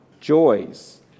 joys